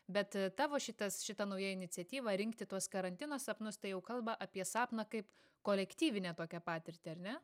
bet tavo šitas šita nauja iniciatyva rinkti tuos karantino sapnus tai jau kalba apie sapną kaip kolektyvinę tokią patirtį ar ne